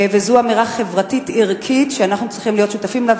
וזו אמירה חברתית-ערכית שאנחנו צריכים להיות שותפים לה,